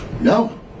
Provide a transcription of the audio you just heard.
No